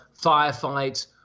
firefight